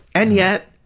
and yet,